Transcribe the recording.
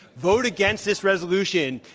vote against this resolution,